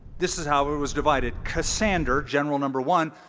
this is how it was divided. cassander, general number one,